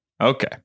Okay